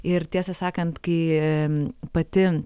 ir tiesą sakant kai pati